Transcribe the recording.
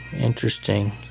interesting